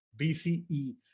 BCE